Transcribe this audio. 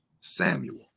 Samuel